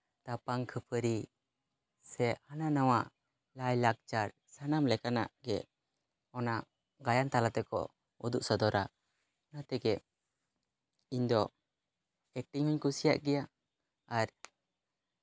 ᱛᱟᱯᱟᱝ ᱠᱷᱟᱹᱯᱟᱹᱨᱤ ᱥᱮ ᱦᱟᱱᱟ ᱱᱚᱣᱟ ᱞᱟᱭᱼᱞᱟᱠᱪᱟᱨ ᱥᱟᱱᱟᱢ ᱞᱮᱠᱟᱱᱟᱜ ᱜᱮ ᱚᱱᱟ ᱜᱟᱭᱟᱱ ᱛᱟᱞᱟ ᱛᱮᱠᱚ ᱩᱫᱩᱜ ᱥᱚᱫᱚᱨᱟ ᱚᱱᱟ ᱛᱮᱜᱮ ᱤᱧ ᱫᱚ ᱮᱠᱴᱤᱝ ᱤᱧ ᱠᱩᱥᱤᱭᱟᱜ ᱜᱮᱭᱟ ᱟᱨ